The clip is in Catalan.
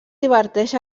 diverteix